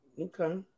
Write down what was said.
Okay